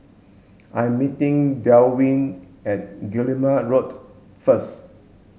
I'm meeting Delwin at Guillemard Road first